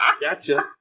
Gotcha